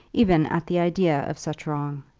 even at the idea of such wrong.